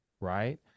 right